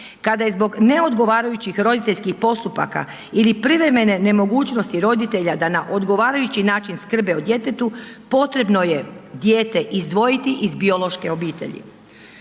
Kada je zbog neodgovarajućih roditeljskih postupaka ili privremene nemogućnosti roditelje da na odgovarajući način skrbe o djetetu, potrebno je dijete izdvojiti iz biološke obitelji.